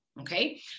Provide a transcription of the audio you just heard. okay